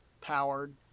powered